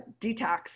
detox